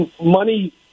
money